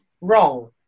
wrong